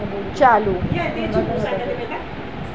चालू